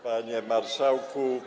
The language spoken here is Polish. Panie Marszałku!